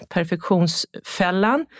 Perfektionsfällan